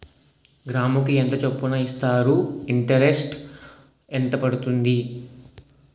గ్రాముకి ఎంత చప్పున ఇస్తారు? ఇంటరెస్ట్ ఎంత పడుతుంది?